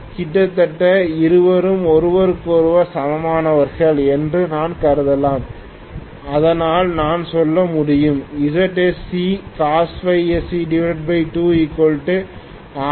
கிட்டத்தட்ட இருவரும் ஒருவருக்கொருவர் சமமானவர்கள் என்று நான் கருதலாம் அதனால் நான் சொல்ல முடியும் Zsccos sc 2R1